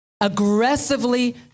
Aggressively